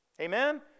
Amen